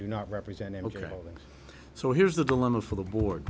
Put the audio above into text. do not represent ok so here's the dilemma for the board